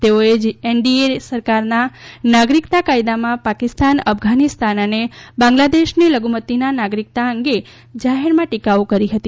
તેઓએ એનડીએ સરકારના નાગરિકતા કાયદામાં પાકિસ્તાન અફઘાનિસ્તાન અને બાંગ્લાદેશની લધુમતીની નાગરિકતા અંગે જાહેરમાં ટીકાઓ કરી હતી